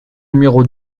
numéro